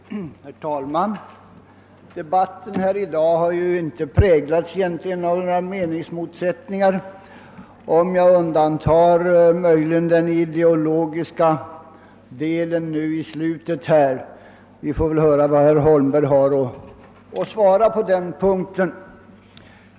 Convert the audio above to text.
Herr talman! Debatten här i dag har ju egentligen inte präglats av några meningsmotsättningar, om jag möjligen undantar den ideologiska delen i slutet av utrikesministerns anförande; vi får väl höra vad herr Holmberg har att svara på den punkten.